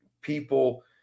people